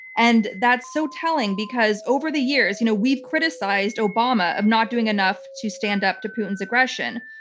and that's so telling, because over the years, you know we've criticized obama of not doing enough to stand up to putin's aggression.